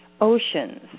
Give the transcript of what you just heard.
oceans